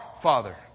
Father